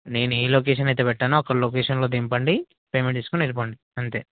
నేను ఏ లొకేషన్ అయితే పెట్టానో అక్కడ లొకేషన్లో దింపండి పేమెంట్ తీసుకుని వెళ్ళిపోండి అంతే